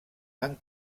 han